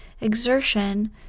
exertion